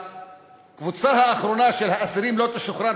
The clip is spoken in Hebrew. שהקבוצה האחרונה של האסירים לא תשוחרר